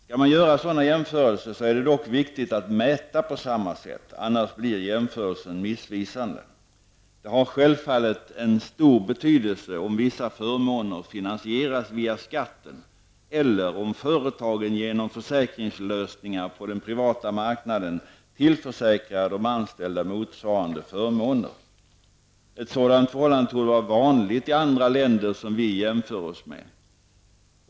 Skall man göra sådana jämförelser, är det dock viktigt att mäta på samma sätt. Annars blir jämförelsen missvisande. Det har självfallet stor betydelse om vissa förmåner finansieras via skatten, eller om företagen genom försäkringslösningar på den privata marknaden tillförsäkrar de anställda motsvarande förmåner. Ett sådant förhållande torde vara vanligt i andra länder som vi jämför oss med.